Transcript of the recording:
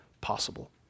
possible